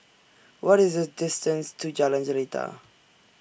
What IS The distance to Jalan Jelita